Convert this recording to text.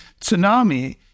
tsunami